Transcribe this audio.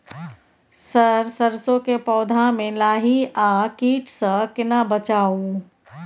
Sir सरसो के पौधा में लाही आ कीट स केना बचाऊ?